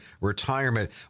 retirement